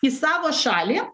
į savo šalį